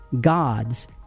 God's